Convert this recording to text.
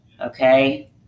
Okay